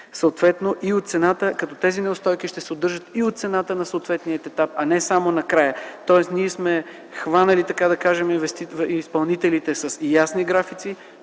съответно и от цената. Тези неустойки ще се удържат и от цената на съответния етап, а не само накрая - тоест ние сме хванали, така да се каже, изпълнителите с ясни графици,